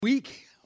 week